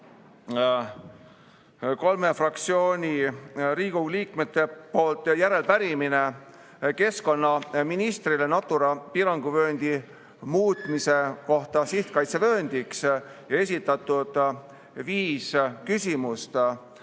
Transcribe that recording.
fraktsiooni liikmete poolt järelepärimine keskkonnaministrile Natura piiranguvööndi muutmise kohta sihtkaitsevööndiks ja esitatud viis küsimust.